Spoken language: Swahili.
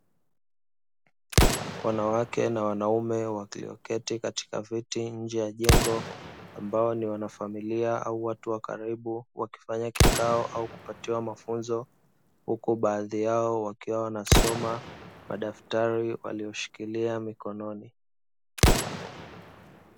Wanawake na wanaume wameketi katika viti nje ya jengo amabo ni wanafamilia au watu wa karibu wakifanya kikao au kupatiwa mafunzo, huku baadhi yao wakiwa wanasoma madaftari waliyoshikilia mikononi.